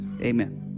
Amen